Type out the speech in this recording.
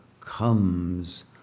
comes